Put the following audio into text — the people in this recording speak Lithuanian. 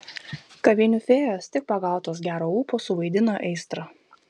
kavinių fėjos tik pagautos gero ūpo suvaidina aistrą